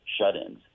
shut-ins